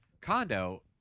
condo